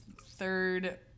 third